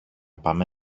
πάμε